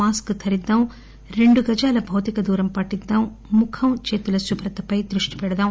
mask ధరిద్దాం రెండు గజాల భౌతిక దూరం పాటిద్దాం ముఖం చేతుల శుభ్రతపై దృష్టి పెడదాం